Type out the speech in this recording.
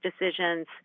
decisions